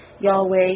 Yahweh